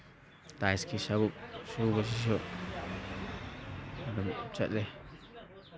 ꯇꯥꯏꯜꯁꯀꯤ ꯁꯨꯕꯁꯤꯁꯨ ꯑꯗꯨꯝ ꯆꯠꯂꯤ